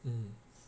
mm